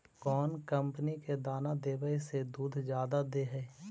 कौन कंपनी के दाना देबए से दुध जादा दे है?